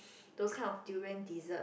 those kind of durian dessert